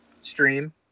stream